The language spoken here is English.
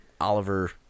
Oliver